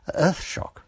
Earthshock